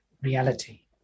reality